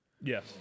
Yes